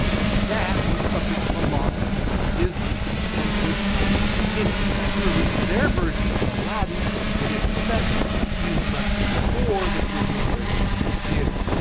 and that was the subject of a lawsuit between disney and goodtimes entertainment who released their version of aladdin in videocassette a few months before the disney version hit the theaters.